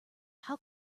how